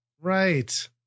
Right